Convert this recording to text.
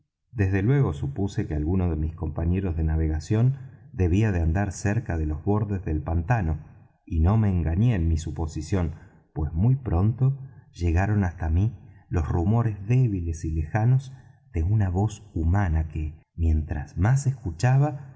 desde luego supuse que alguno de mis compañeros de navegación debía de andar cerca de los bordes del pantano y no me engañé en mi suposición pues muy pronto llegaron hasta mí los rumores débiles y lejanos de una voz humana que mientras más escuchaba